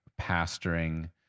pastoring